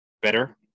better